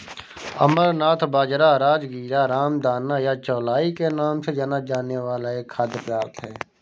अमरनाथ बाजरा, राजगीरा, रामदाना या चौलाई के नाम से जाना जाने वाला एक खाद्य पदार्थ है